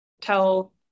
tell